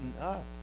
up